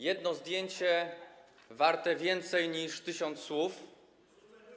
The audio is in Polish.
Jedno zdjęcie warte więcej niż tysiąc słów.